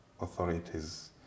Authorities